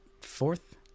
fourth